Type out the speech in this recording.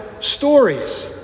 stories